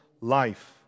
life